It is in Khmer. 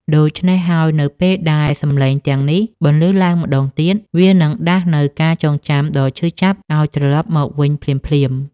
ដូច្នេះហើយ នៅពេលដែលសម្លេងទាំងនេះបន្លឺឡើងម្តងទៀត វានឹងដាស់នូវការចងចាំដ៏ឈឺចាប់ឱ្យត្រឡប់មកវិញភ្លាមៗ